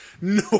No